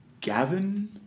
Gavin